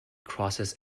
crosses